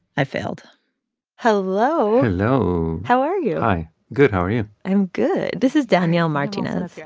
i failed hello hello how are you? hi. good. how are you? i'm good this is daniel martinez, yeah